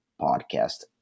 podcast